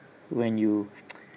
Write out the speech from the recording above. when you